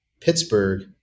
Pittsburgh